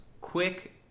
quick